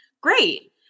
great